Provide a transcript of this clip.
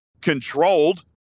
controlled